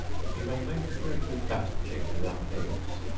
you may make a very good batter cake without eggs.